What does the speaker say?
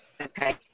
Okay